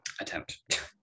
attempt